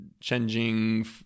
changing